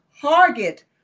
target